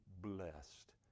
blessed